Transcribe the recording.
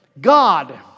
God